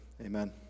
Amen